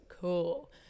cool